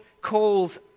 calls